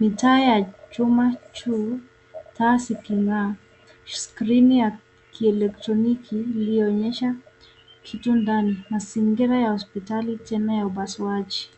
mitaa ya chuma juu, taa zikingaa, skrini ya kieletroniki ilioonyesha kitu ndani, mazingira ya hospitali jini ya upasuaji.